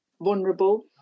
vulnerable